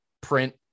print